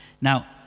now